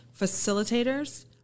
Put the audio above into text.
facilitators